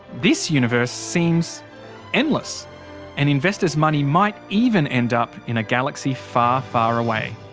this universe seems endless and investors' money might even end up in a galaxy far, far away.